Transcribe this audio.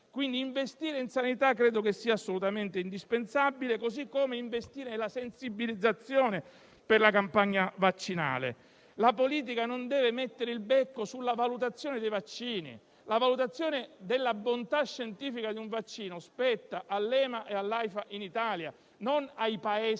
che investire in sanità sia assolutamente indispensabile così come investire nella sensibilizzazione per la campagna vaccinale. La politica non deve mettere "il becco" sulla valutazione dei vaccini. La valutazione della bontà scientifica di un vaccino spetta all'EMA e all'Aifa in Italia, non ai Paesi